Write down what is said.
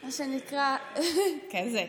מה שנקרא כזה.